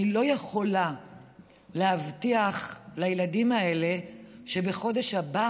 לא יכולה להבטיח לילדים האלה שבחודש הבא